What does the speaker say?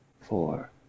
four